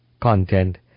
content